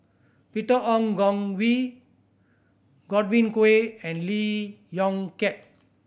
Peter Ong Goon Kwee Godwin Koay and Lee Yong Kiat